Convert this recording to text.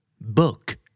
Book